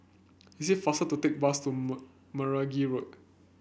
is it faster to take bus to Meragi Road